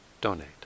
donate